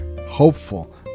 hopeful